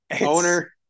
Owner